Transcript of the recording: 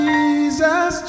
Jesus